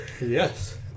Yes